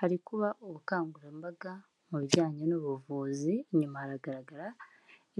Hari kuba ubukangurambaga mu bijyanye n'ubuvuzi, inyuma haragaragara